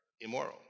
immoral